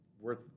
worth